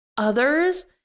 Others